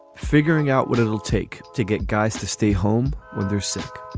figuring out what it will take to get guys to stay home when they're sick